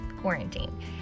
quarantine